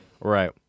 Right